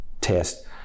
test